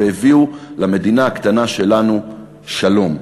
והביאו למדינה הקטנה שלנו שלום.